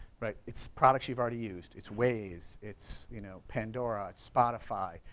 but it's products you've already used, it's waze, it's you know pandora, it's spotify,